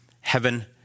heaven